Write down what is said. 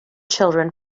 children